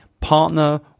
partner